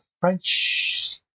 French